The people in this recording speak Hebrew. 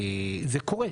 קורה.